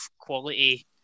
quality